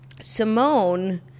Simone